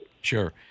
Sure